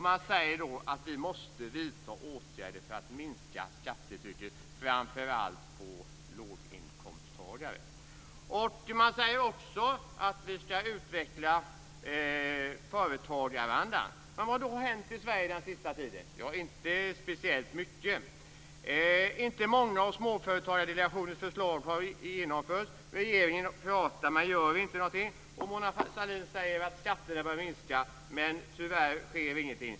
Man säger att vi måste vidta åtgärder för att minska skattetrycket, framför allt på låginkomsttagare. Man säger också att vi ska utveckla företagarandan. Vad har då hänt i Sverige den sista tiden? Det är inte speciellt mycket. Inte många av Småföretagsdelegationens förslag har genomförts. Regeringen pratar men gör inte någonting. Mona Sahlin säger att skatterna bör minska, men tyvärr sker ingenting.